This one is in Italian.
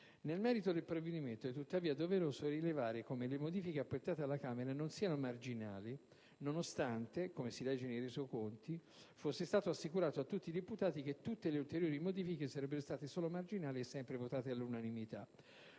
Nel merito del provvedimento, tuttavia, è doveroso rilevare come le modifiche apportate alla Camera non siano marginali, nonostante - come si legge nei resoconti - fosse stato assicurato a tutti i deputati che tutte le ulteriori modifiche sarebbero state solo marginali e sempre votate all'unanimità.